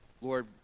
Lord